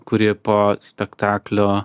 kuri po spektaklio